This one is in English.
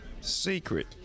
secret